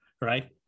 right